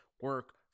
Work